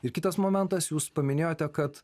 ir kitas momentas jūs paminėjote kad